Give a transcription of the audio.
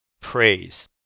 praise